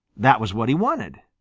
that was what he wanted.